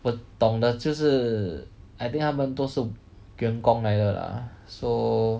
我懂的就是 I think 他们都是员工来的 lah so